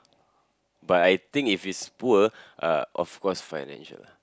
but I think if it's poor uh of course financial lah